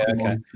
okay